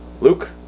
Luke